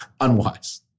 unwise